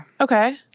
Okay